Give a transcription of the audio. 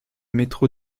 métro